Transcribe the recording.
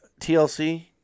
TLC